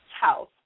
house